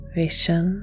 vision